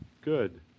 Good